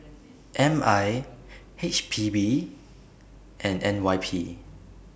M I H P B and N Y P